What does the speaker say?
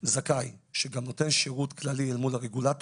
זכאי שגם נותן שירות כללי אל מול הרגולטור,